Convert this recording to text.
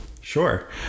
Sure